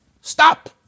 stop